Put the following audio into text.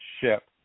ship